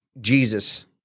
Jesus